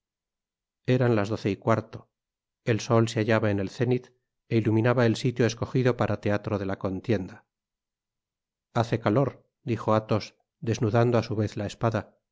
eran las doce y cuarto el sol se hallaba en el zénit é iluminaba el sitio escogido para teatro de la contienda hace calor dijo athos desnudando á su vez la espada